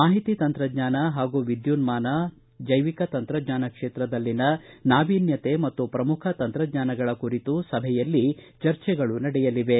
ಮಾಹಿತಿ ತಂತಜ್ಞಾನ ಹಾಗೂ ವಿದ್ಯುನ್ಲಾನ ಹಾಗೂ ಜೈವಿಕ ತಂತ್ರಜ್ಞಾನ ಕ್ಷೇತ್ರದಲ್ಲಿನ ನಾವೀನ್ಣತೆ ಮತ್ತು ಶ್ರಮುಖ ತಂತ್ರಜ್ಞಾನಗಳ ಕುರಿತು ಸಭೆಯಲ್ಲಿ ಚರ್ಚೆಗಳು ನಡೆಯಲಿವೆ